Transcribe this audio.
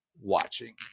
watching